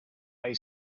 lay